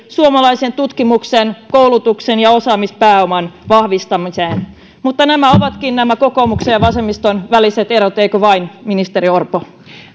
suomalaisen tutkimuksen koulutuksen ja osaamispääoman vahvistamiseen jäävät pienemmiksi mutta nämä ovatkin nämä kokoomuksen ja vasemmiston väliset erot eikö vain ministeri orpo